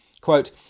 Quote